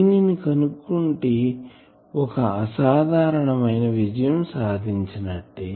దీనిని కనుక్కుంటే ఒక అసాధారణమైన విజయం సాధించినట్టే